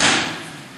אין לי תשובה.